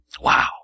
Wow